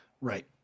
Right